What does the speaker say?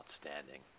outstanding